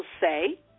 say